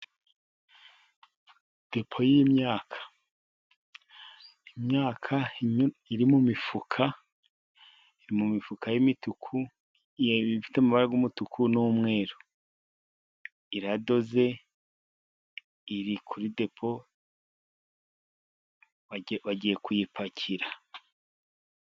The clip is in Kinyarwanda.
Depo y'imyaka , imyaka iri mu mifuka, iri mu mifuka y'imituku, ifite amabara y'umutuku n'umweru , iradoze iri kuri depo bagiye kuyipakira.